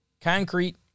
concrete